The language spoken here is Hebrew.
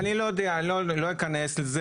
אני לא יודע, אני לא אכנס לזה.